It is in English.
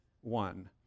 one